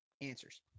answers